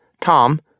Tom